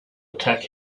attack